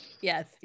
Yes